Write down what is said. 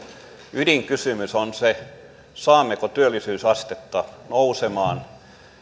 ydinkysymys on saammeko työllisyysastetta nousemaan